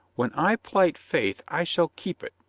when i plight faith i shall keep it,